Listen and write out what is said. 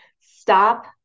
Stop